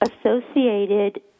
associated